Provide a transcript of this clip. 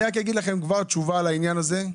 אני כבר אתן תשובה לעניין הזה.